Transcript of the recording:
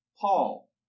Paul